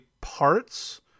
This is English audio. parts